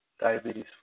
diabetes